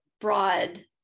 broad